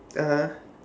(uh huh)